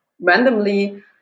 randomly